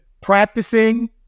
practicing